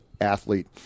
athlete